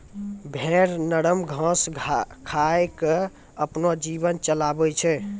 भेड़ नरम घास खाय क आपनो जीवन चलाबै छै